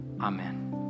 Amen